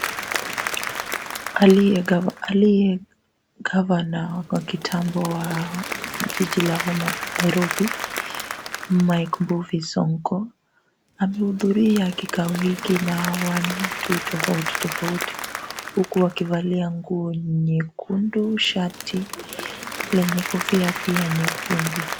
Aliyegavana wa kitambo wa jiji la Nairobi Mike Mbuvi Sonko amehudhuria kikao hiki na watu tofauti tofauti huku wakivalia nguo nyekundu, shati lenye kofia pia nyekundu.